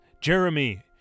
Jeremy